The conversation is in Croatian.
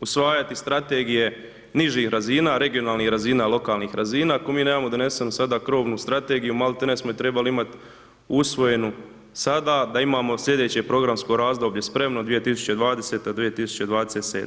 usvajati strategije nižih razina, regionalnih razina, lokalnih razina, ako mi nemamo donesenu sada krovnu strategiju, malte ne smo je trebali imat usvojenu sada da imamo slijedeće programsko razdoblje spremno 2020., 2027.